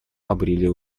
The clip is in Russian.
обрели